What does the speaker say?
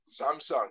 Samsung